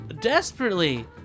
desperately